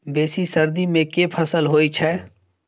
बेसी सर्दी मे केँ फसल होइ छै?